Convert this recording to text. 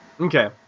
Okay